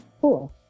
Cool